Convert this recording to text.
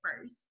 first